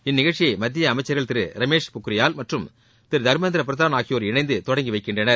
இந்நிகழ்ச்சியை மத்திய அமைச்சர்கள் திரு ரமேஷ் பொக்ரியால் மற்றம் திரு தர்மேந்திர பிரதான் ஆகியோர் இணைந்து தொடங்கி வைக்கின்றனர்